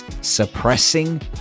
suppressing